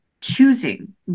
choosing